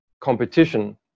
competition